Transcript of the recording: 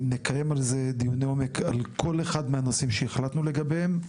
נקיים דיוני עומק על כל אחד מהנושאים שהחלטנו לגביהם.